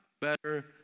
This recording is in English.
better